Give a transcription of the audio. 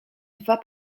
dwa